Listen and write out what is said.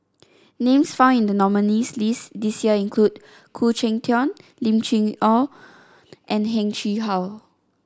names found in the nominees' list this year include Khoo Cheng Tiong Lim Chee Onn and Heng Chee How